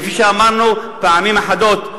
כפי שאמרנו פעמים אחדות,